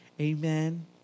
Amen